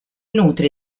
nutre